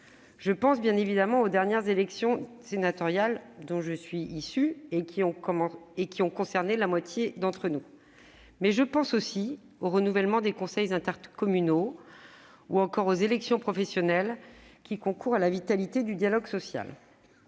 Je pense, bien évidemment, aux dernières élections sénatoriales- j'en suis issue -, qui ont concerné la moitié d'entre nous. Je pense également aux renouvellements des conseils intercommunaux ou encore aux élections professionnelles, qui concourent à la vitalité du dialogue social.